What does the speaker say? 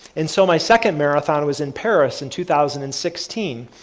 and so my second marathon was in paris in two thousand and sixteen,